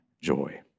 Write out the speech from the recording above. joy